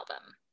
album